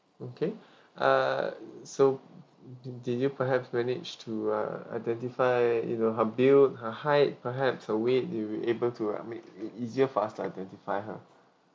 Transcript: okay uh so did you perhaps manage uh identify you know her build her height perhaps her weight we'll able to I mean it ea~ easier for us to identify her